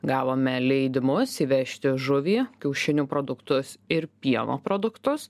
gavome leidimus įvežti žuvį kiaušinių produktus ir pieno produktus